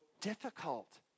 difficult